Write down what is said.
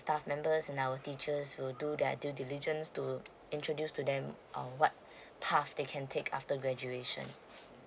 staff members and our teachers will do their due diligence to introduce to them on what path they can take after graduation